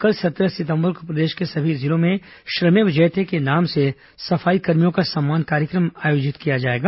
कल सत्रह सितंबर को प्रदेश को सभी जिलों में श्रमेव जयते के नाम से सफाई कर्मियों का सम्मान कार्यक्रम आयोजित किया जाएगा